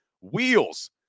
Wheels